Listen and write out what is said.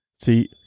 See